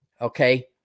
okay